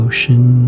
Ocean